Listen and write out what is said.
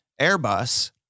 Airbus